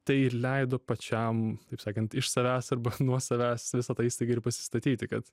tai ir leido pačiam taip sakant iš savęs arba nuo savęs visa tai staiga ir pasistatyti kad